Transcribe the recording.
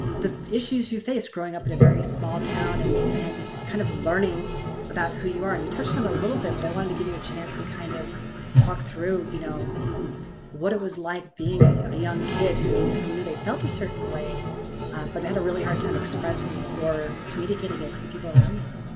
the issues you faced growing up in a very small town and and kind of learning about who you are. and you touched on it a little bit but i wanted to give you a chance to kind of talk through you know what it was like being a a young kid who who knew they felt a certain way but had a really hard time expressing it or communicating it to the people around them.